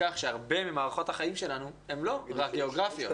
בכך שהרבה ממערכות החיים שלנו הן לא רק גיאוגרפיות.